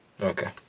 Okay